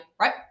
right